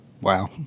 Wow